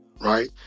Right